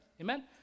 amen